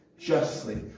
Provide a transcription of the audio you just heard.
justly